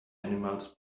animals